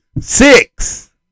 Six